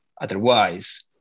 Otherwise